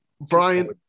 Brian